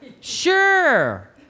sure